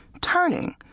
Turning